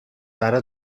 برا